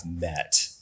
met